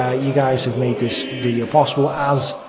ah you guys have made this video possible, as